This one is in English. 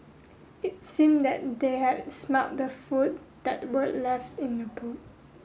it seemed that they had smelt the food that were left in the boot